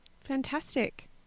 Fantastic